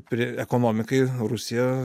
prie ekonomikai rusija